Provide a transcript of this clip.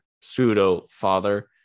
pseudo-father